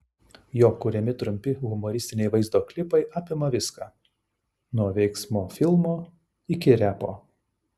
jo kuriami trumpi humoristiniai vaizdo klipai apima viską nuo veiksmo filmo iki repo